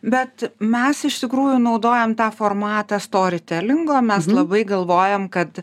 bet mes iš tikrųjų naudojam tą formatą story telingo mes labai galvojam kad